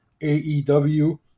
AEW